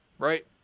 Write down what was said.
Right